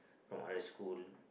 from other school